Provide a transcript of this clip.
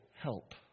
help